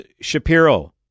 Shapiro